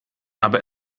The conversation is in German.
aber